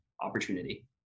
opportunity